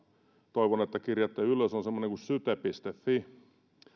toivon että kirjaatte ylös on semmoinen kuin syte fi